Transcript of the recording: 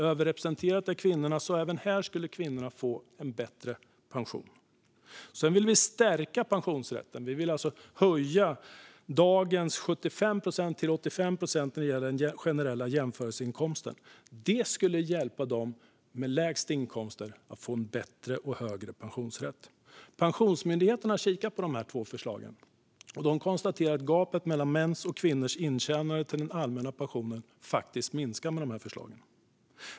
Kvinnorna är överrepresenterade, så även här skulle kvinnorna få en bättre pension. Vi vill också stärka pensionsrätten. Vi vill höja dagens 75 procent till 85 procent när det gäller den generella jämförelseinkomsten. Det skulle hjälpa dem med lägst inkomster att få en bättre och högre pensionsrätt. Pensionsmyndigheten har kikat på de här två förslagen och konstaterar att gapet mellan mäns och kvinnors intjänande till den allmänna pensionen faktiskt minskar med de här förslagen.